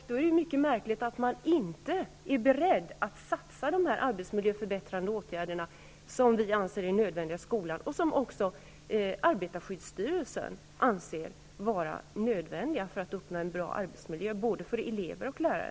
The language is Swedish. Då är det mycket märkligt att regeringen inte är beredd att satsa på de arbetsmiljöförbättrande åtgärderna, som vi anser är nödvändiga i skolan och som även arbetarskyddsstyrelsen anser vara nödvändiga för att uppnå en bra arbetsmiljö för både elever och lärare.